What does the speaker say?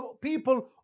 people